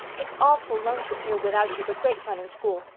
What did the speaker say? its awful lonesome here without you but grate fun in school.